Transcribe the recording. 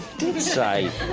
say.